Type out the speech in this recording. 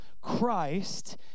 Christ